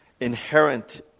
inherent